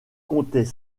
comptait